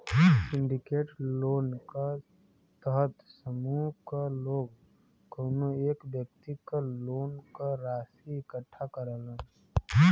syndicate loan क तहत समूह क लोग कउनो एक व्यक्ति क लोन क राशि इकट्ठा करलन